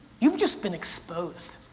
you've just been exposed.